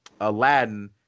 Aladdin